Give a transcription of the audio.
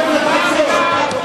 את שמעת אותי?